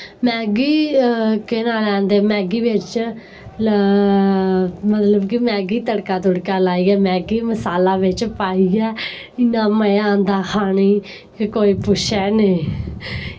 Maggi केह् नांऽ लैंदे मैग्गी बिच्च मतलब कि मैग्गी तड़का तुड़का लाइयै मैग्गी मसाला बिच्च पाइयै इन्ना मजा आंदा खाने गी फ्ही कोई पुच्छै निं